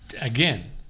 again